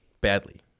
badly